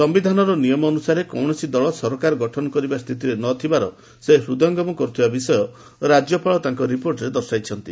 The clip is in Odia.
ସମ୍ଭିଧାନର ନିୟମ ଅନୁସାରେ କୌଣସି ଦଳ ସରକାର ଗଠନ କରିବା ସ୍ଥିତିରେ ନଥିବାର ସେ ହୃଦୟଙ୍ଗମ କରୁଥିବା ବିଷୟ ରାଜ୍ୟପାଳ ତାଙ୍କ ରିପୋର୍ଟରେ ଦର୍ଶାଇଛନ୍ତି